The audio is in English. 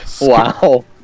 Wow